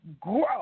grow